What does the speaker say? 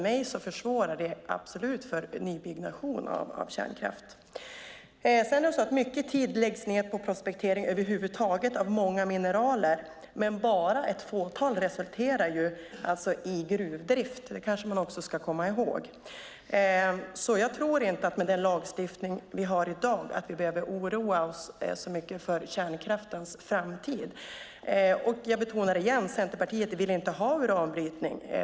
Jag anser att det absolut försvårar nybyggnation av kärnkraft. Mycket tid läggs ned på prospektering av många mineraler, men bara ett fåtal resulterar i gruvdrift. Det kanske man också ska komma ihåg. Jag tror inte att vi med den lagstiftning vi har i dag behöver oroa oss så mycket för kärnkraftens framtid. Jag betonar igen: Centerpartiet vill inte ha uranbrytning.